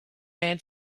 man